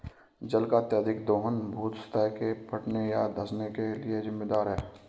जल का अत्यधिक दोहन भू सतह के फटने या धँसने के लिये जिम्मेदार है